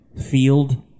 field